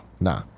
Nah